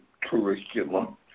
curriculum